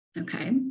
Okay